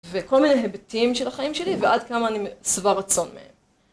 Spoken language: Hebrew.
וכל מיני היבטים של החיים שלי ועד כמה אני שבע רצון מהם.